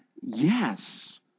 Yes